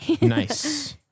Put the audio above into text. Nice